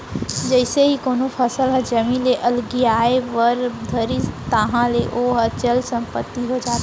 जइसे ही कोनो फसल ह जमीन ले अलगियाये बर धरिस ताहले ओहा चल संपत्ति हो जाथे